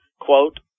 quote